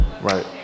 Right